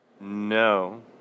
No